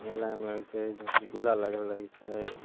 मेलामे होइ छै झूला लागल रहै छै